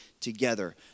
together